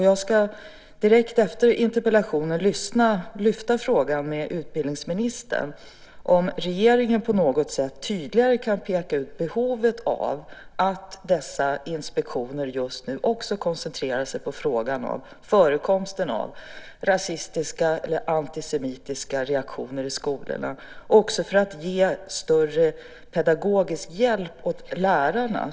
Jag ska direkt efter interpellationen ta upp frågan med utbildningsministern om regeringen på något sätt tydligare kan peka ut behovet av att dessa inspektioner just nu också koncentrerar sig på frågan om förekomsten av rasistiska eller antisemitiska reaktioner i skolorna, detta också för att ge större pedagogisk hjälp åt lärarna.